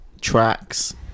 tracks